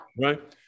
Right